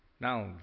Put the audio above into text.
Now